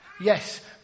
yes